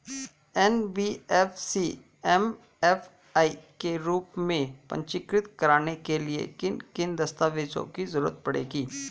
NBFC MFI के रूप में पंजीकृत कराने के लिए किन किन दस्तावेजों की जरूरत पड़ेगी?